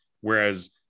whereas